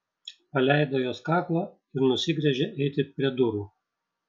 paleido jos kaklą ir nusigręžė eiti prie durų